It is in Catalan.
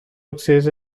accés